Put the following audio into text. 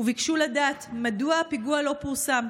וביקשו לדעת מדוע הפיגוע לא פורסם.